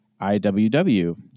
IWW